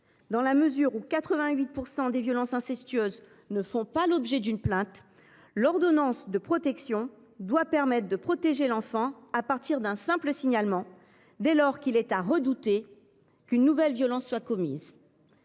Dans la mesure où 88 % des violences incestueuses ne font pas l’objet d’une plainte, l’ordonnance de protection doit permettre de protéger l’enfant à partir d’un simple signalement, dès lors qu’il est à redouter que de nouvelles violences soient commises.